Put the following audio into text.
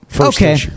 Okay